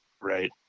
Right